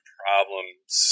problems